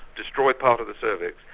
destroy part of the cervix,